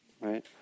right